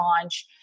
launch